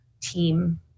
team